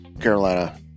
Carolina